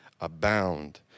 abound